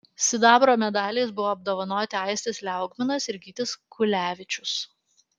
sidabro medaliais buvo apdovanoti aistis liaugminas ir gytis kulevičius